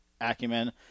acumen